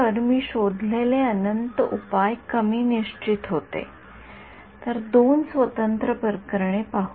तर मी शोधलेले अनंत उपाय कमी निश्चित होते तर दोन स्वतंत्र प्रकरणे पाहू